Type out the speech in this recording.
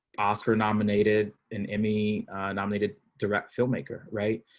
oscar nominated an emmy nominated direct filmmaker. right,